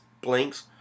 blinks